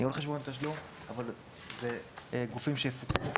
ניהול חשבונות תשלום אבל אלה גופים שיפוקחו